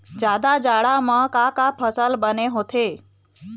जादा जाड़ा म का का फसल बने होथे?